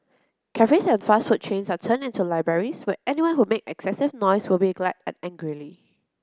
cafes and fast food chains are turned into libraries where anyone who makes excessive noise would be glared at angrily